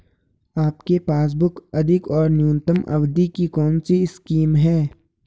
आपके पासबुक अधिक और न्यूनतम अवधि की कौनसी स्कीम है?